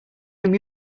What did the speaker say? from